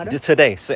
Today